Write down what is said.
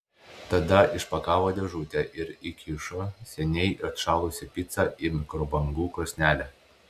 tada išpakavo dėžutę ir įkišo seniai atšalusią picą į mikrobangų krosnelę